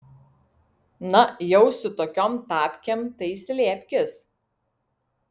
na jau su tokiom tapkėm tai slėpkis